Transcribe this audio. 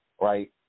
right